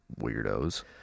Weirdos